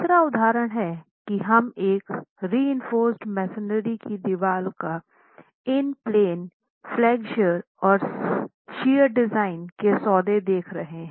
तीसरा उदाहरण है कि हम एक रिइनफ़ोर्स मेसनरी की दीवार का इन प्लेन फ्लेक्सोर और शियर डिज़ाइन के सौदे देख रहे हैं